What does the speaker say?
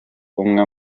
umwe